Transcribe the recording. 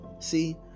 See